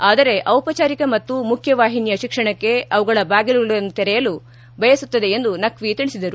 ಆದರೆ ಔಪಚಾರಿಕ ಮತ್ತು ಮುಖ್ಯವಾಹಿನಿಯ ಶಿಕ್ಷಣಕ್ಕೆ ಅವುಗಳ ಬಾಗಿಲುಗಳನ್ನು ತೆರೆಯಲು ಬಯಸುತ್ತದೆ ಎಂದು ನಖ್ವಿ ತಿಳಿಸಿದರು